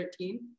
13